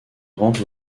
grandes